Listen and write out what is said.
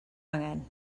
angen